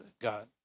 God